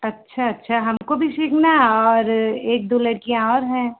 अच्छा अच्छा हमको भी सीखना है और एक दो लड़कियाँ और हैं